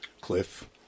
cliff